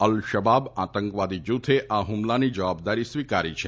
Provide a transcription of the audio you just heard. અલ Shabaab આતંકવાદી જૂથે આ હુમલાની જવાબદારી સ્વીકારી છે